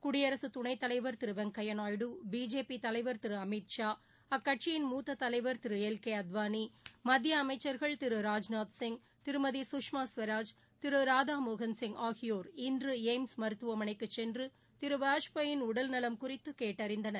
குடியரசுதுணைத்தலைவா் திருவெங்கையாநாயுடு BJP தலைவா் திருஅமித்ஷா அக்கட்சியின் மூத்த தலைவா் திருஎல் கேஅத்வானி மத்தியஅமைசள்கள் திரு ராஜ்நாத்சிய் திருமதி சுஷ்மா ஸ்வராஜ் திருராதாமோகன்சிங் ஆகியோா் இன்றுஎய்ம்ஸ் மருத்துவமனைக்குச் சென்றுதிருவாஜ்பாயின் உடல்நலம் குறித்துகேட்டறிந்தனர்